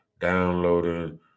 downloading